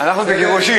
אנחנו לא בקידושין,